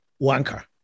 wanker